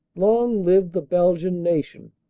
long live the belgian nation!